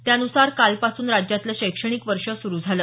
त्यानुसार कालपासून राज्यातलं शैक्षणिक वर्ष सुरू झालं